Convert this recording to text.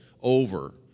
over